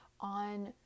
on